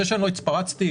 זה שלא התפרצתי,